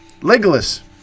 Legolas